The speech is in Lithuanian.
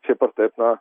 šiaip ar taip na